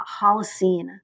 Holocene